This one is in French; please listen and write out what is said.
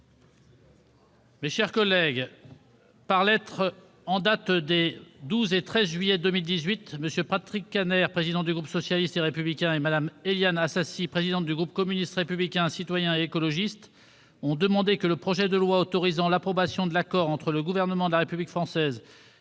Mes chers collègues, par lettres en date des 12 et 13 juillet 2018, M. Patrick Kanner, président du groupe socialiste et républicain, et Mme Éliane Assassi, présidente du groupe communiste républicain citoyen et écologiste, ont demandé que le projet de loi autorisant l'approbation de l'accord entre le Gouvernement de la République française et le Gouvernement fédéral autrichien